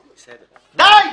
די.